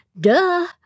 duh